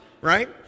right